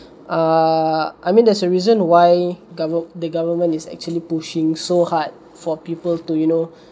err I mean there's a reason why gover~ the government is actually pushing so hard for people to you know